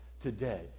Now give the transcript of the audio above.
today